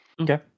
Okay